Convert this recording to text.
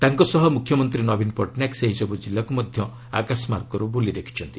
ତାଙ୍କ ସହ ମୁଖ୍ୟମନ୍ତ୍ରୀ ନବୀନ ପଟ୍ଟନାୟକ ସେହିସବୁ ଜିଲ୍ଲାକୁ ମଧ୍ୟ ଆକାଶମାର୍ଗରୁ ବୁଲି ଦେଖିଛନ୍ତି